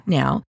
now